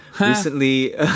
recently